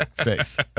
faith